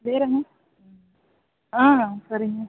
வேறு என்ன ஆ சரிங்க